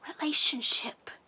relationship